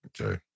okay